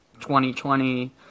2020